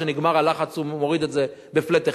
שכשנגמר הלחץ הוא מוריד את זה ב-flat,